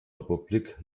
republik